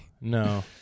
no